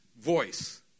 voice